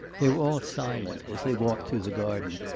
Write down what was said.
they were all silent, as they walked through the garden,